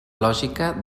lògica